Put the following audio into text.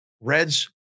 Reds